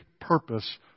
purpose